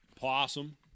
Possum